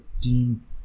team